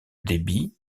débit